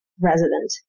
resident